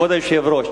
כבוד היושב-ראש,